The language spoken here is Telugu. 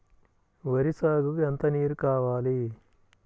వరి సాగుకు ఎంత నీరు కావాలి?